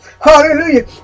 Hallelujah